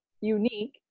unique